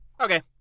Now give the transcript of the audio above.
okay